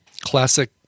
classic